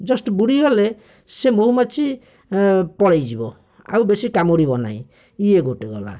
just ବୁଡ଼ିଗଲେ ସେ ମହୁମାଛି ପଳେଇଯିବ ଆଉ ବେଶୀ କାମୁଡ଼ିବ ନାହିଁ ଇଏ ଗୋଟିଏ ଗଲା